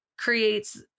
creates